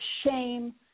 shame